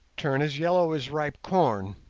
turn as yellow as ripe corn